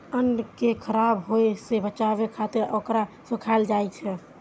अन्न कें खराब होय सं बचाबै खातिर ओकरा सुखायल जाइ छै